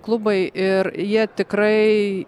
klubai ir jie tikrai